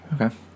Okay